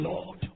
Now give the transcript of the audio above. Lord